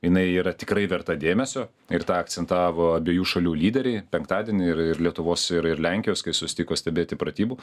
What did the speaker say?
jinai yra tikrai verta dėmesio ir tą akcentavo abiejų šalių lyderiai penktadienį ir ir lietuvos ir ir lenkijos kai susitiko stebėti pratybų